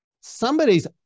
somebody's